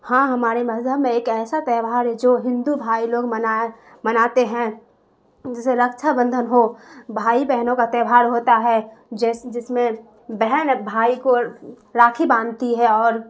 ہاں ہمارے مذہب میں ایک ایسا تہوار ہے جو ہندو بھائی لوگ منائے مناتے ہیں جسے رکچھا بندھن ہو بھائی بہنوں کا تہوار ہوتا ہے جیسے جس میں بہن بھائی کو راکھی باندھتی ہے اور